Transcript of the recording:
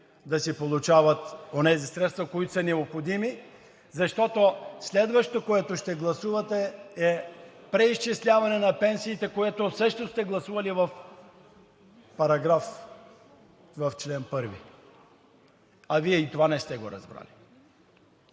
да си получават онези средства, които са необходими, защото следващото, което ще гласувате, е преизчисляване на пенсиите, което също сте гласували в чл. 1. А Вие и това не сте го разбрали!